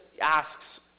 asks